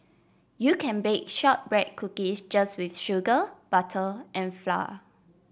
you can bake shortbread cookies just with sugar butter and flour